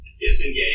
Disengage